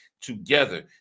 together